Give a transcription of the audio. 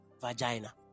vagina